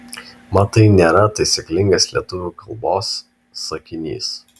mat tai nėra taisyklingas lietuvių kalbos sakinys